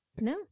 no